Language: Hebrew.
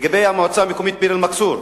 לגבי המועצה המקומית ביר-אל-מכסור,